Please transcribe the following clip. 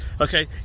okay